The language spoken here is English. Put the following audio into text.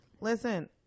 Listen